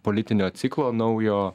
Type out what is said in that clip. politinio ciklo naujo